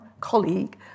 colleague